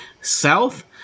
south